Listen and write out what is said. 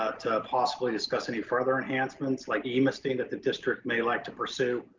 ah to possibly discuss any further enhancements, like emisting that the district may like to pursue,